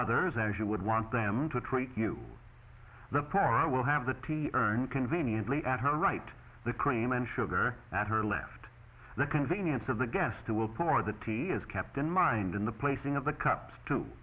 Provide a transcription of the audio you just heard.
others as you would want them to treat you the poor will have the tea urn conveniently at her right the cream and sugar that her left the convenience of the guest who will pour the tea is kept in mind in the placing of the cups to